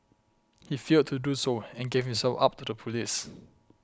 he failed to do so and gave himself up to the police